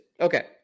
Okay